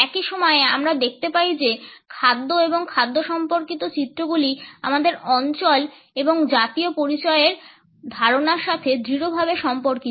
একই সময়ে আমরা দেখতে পাই যে খাদ্য এবং খাদ্য সম্পর্কিত চিত্রগুলি আমাদের অঞ্চল এবং জাতীয় পরিচয়ের ধারণার সাথে দৃঢ়ভাবে সম্পর্কিত